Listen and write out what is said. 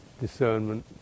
discernment